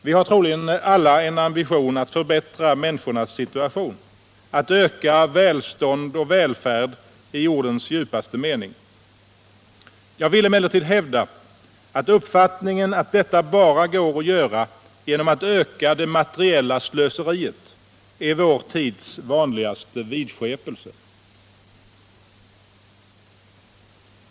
Vi har troligen alla en ambition att förbättra människors situation, att öka välstånd och välfärd i ordens djupaste mening. Jag vill emellertid hävda, att uppfattningen att detta bara går att göra genom att öka det materiella slöseriet är vår tids vanligaste vidskepelse.